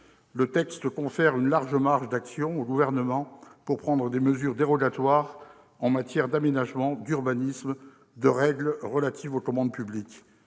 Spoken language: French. texte confère une large marge d'action au Gouvernement pour prendre des mesures dérogatoires en matière d'aménagement, d'urbanisme et de règles relatives aux commandes publiques.